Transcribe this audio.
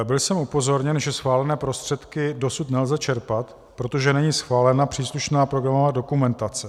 Byl jsem upozorněn, že schválené prostředky dosud nelze čerpat, protože není schválena příslušná programová dokumentace.